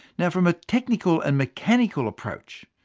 now from a technical and mechanical approach,